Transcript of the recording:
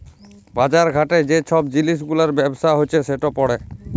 বাজার ঘাটে যে ছব জিলিস গুলার ব্যবসা হছে সেট পড়ে